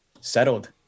settled